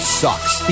sucks